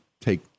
take